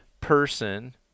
person